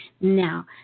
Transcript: Now